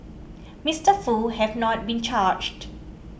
Mister Foo has not been charged